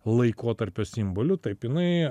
laikotarpio simboliu taip jinai